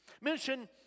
Mention